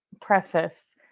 preface